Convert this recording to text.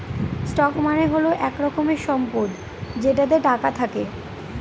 stock মানে হল এক রকমের সম্পদ যেটাতে টাকা থাকে